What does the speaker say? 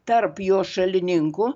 tarp jo šalininkų